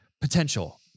potential